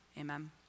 Amen